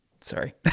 sorry